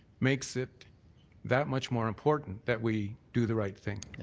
makes it that much more important that we do the right thing.